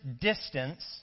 distance